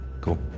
cool